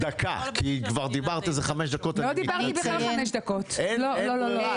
אין לנו כאן פטיש.